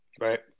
Right